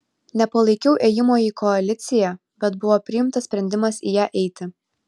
nepalaikiau ėjimo į koaliciją bet buvo priimtas sprendimas į ją eiti